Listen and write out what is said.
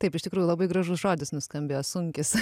taip iš tikrųjų labai gražus žodis nuskambėjo sunkis